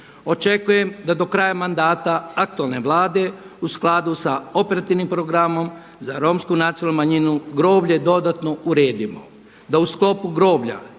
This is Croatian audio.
Očekujem da do kraja mandata aktualne Vlade u skladu sa operativnim programom za Romsku nacionalnu manjinu groblje dodatno uredimo,